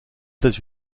états